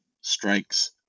strikes